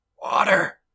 Water